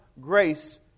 grace